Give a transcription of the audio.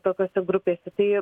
tokiose grupėse tai